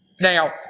Now